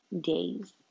days